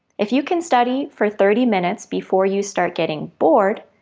if you can study for thirty minutes before you start getting bored,